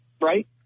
right